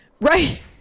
Right